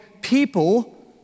people